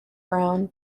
brown